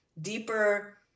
deeper